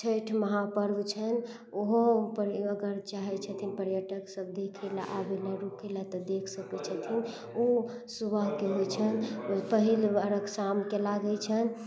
छठि महापर्व छै ओहो पर अगर चाहै छथिन पर्यटक सब देखै लऽ आबै लए रुकै लए तऽ देख सकैत छथिन ओ सुबहके होइ छै पहिल अर्घ्य शामके लागै छै